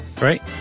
Right